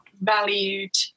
valued